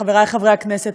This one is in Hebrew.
חברי חברי הכנסת,